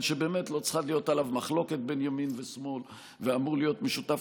שלא צריכה להיות עליו מחלוקת בין ימין ושמאל ואמור להיות משותף